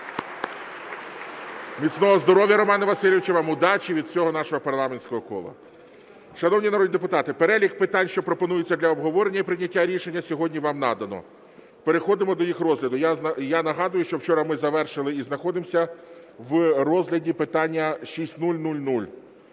Міцного здоров'я, Романе Васильовичу, вам удачі від всього нашого парламентського кола! Шановні народні депутати, перелік питань, що пропонуються для обговорення і прийняття рішень, сьогодні вам надано. Переходимо до їх розгляду. Я нагадую, що вчора ми завершили і знаходимося в розгляді питання 6000.